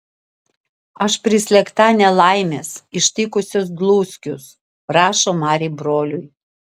aš prislėgta nelaimės ištikusios dluskius rašo mari broliui